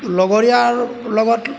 লগৰীয়াৰ লগত